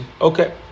Okay